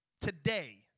Today